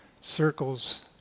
circles